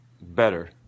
better